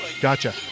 Gotcha